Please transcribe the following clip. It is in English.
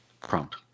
prompt